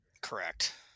correct